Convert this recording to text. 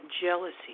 jealousy